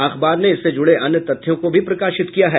अखबार ने इससे जुड़े अन्य तथ्यों को भी प्रकाशित किया है